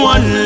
One